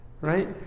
right